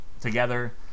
together